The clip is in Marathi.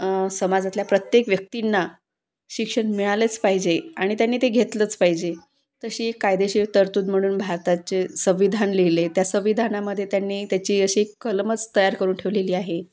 समाजातल्या प्रत्येक व्यक्तींना शिक्षण मिळालेच पाहिजे आणि त्यांनी ते घेतलंच पाहिजे तशी एक कायदेशीर तरतूद म्हणून भारताचे संविधान लिहिले त्या संविधानामध्ये त्यांनी त्याची अशी कलमच तयार करून ठेवलेली आहे